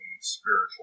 spiritual